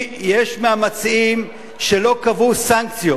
יש מהמציעים שלא קבעו סנקציות,